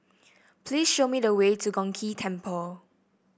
please show me the way to Chong Ghee Temple